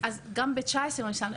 לא, גם ב-2019 לא ניצלנו.